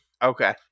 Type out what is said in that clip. Okay